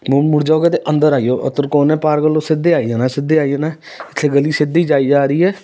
ਮੋੜ ਮੁੜ ਜਾਓਗੇ ਤਾਂ ਅੰਦਰ ਆਇਓ ਤ੍ਰਿਕੋਣੇ ਪਾਰਕ ਵਲੋਂ ਸਿੱਧੇ ਆਈ ਜਾਣਾ ਸਿੱਧੇ ਆਈ ਜਾਣਾ ਇੱਥੇ ਗਲੀ ਸਿੱਧੀ ਜਾਈ ਜਾ ਰਹੀ ਹੈ